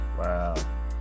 Wow